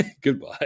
Goodbye